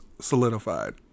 solidified